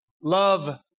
love